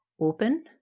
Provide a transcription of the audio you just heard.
open